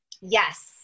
Yes